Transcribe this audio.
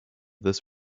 this